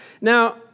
Now